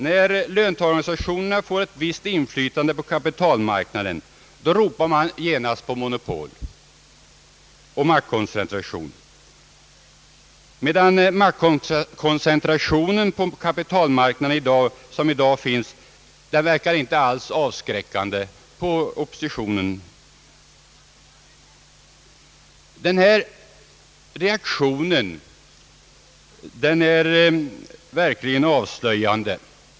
När löntagarorganisationerna får ett visst inflytande på kapitalmarknaden, då ropar man genast på monopol och maktkoncentration, medan den maktkoncentration som finns i dag på kapitalmarknaden inte verkar alls avskräckande på oppositionen. Denna reaktion är verkligen avslöjande.